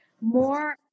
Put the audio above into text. more